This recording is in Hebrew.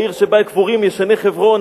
העיר שבה קבורים ישני חברון,